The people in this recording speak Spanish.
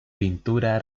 pintura